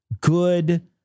good